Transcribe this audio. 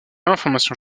information